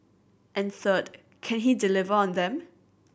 and third can he deliver on them